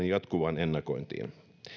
jatkuvaan ennakointiin